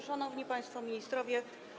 Szanowni Państwo Ministrowie!